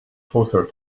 closer